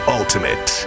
ultimate